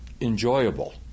enjoyable